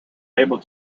able